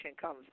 comes